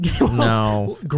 No